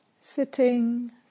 Sitting